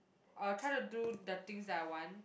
I will try to do the things that I want